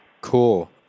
Cool